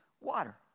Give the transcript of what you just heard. water